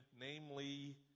namely